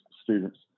students